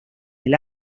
del